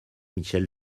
michel